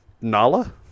Nala